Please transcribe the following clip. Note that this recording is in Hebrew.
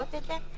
לפרוט את זה.